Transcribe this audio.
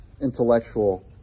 intellectual